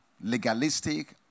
legalistic